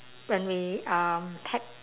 when we um pack